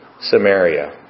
Samaria